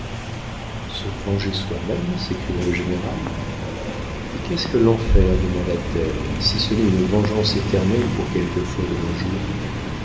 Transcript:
se venger soi-même s'écria le général et qu'est-ce que l'enfer demanda-t-elle si ce n'est une vengeance éternelle pour quelques fautes d'un jour